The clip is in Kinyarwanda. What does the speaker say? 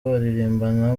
baririmbana